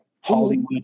Hollywood